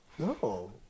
No